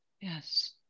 Yes